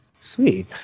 Sweet